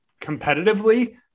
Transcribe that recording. competitively